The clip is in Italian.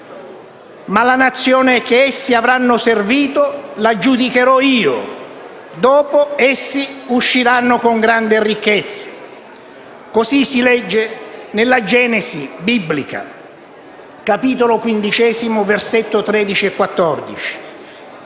Ma la nazione che essi avranno servito, la giudicherò io: dopo, essi usciranno con grandi ricchezze"». Così si legge nella Genesi biblica (capitolo 15, versetti 13 e 14).